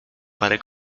parę